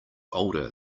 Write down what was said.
older